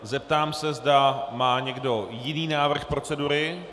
Zeptám se, zda má někdo jiný návrh procedury.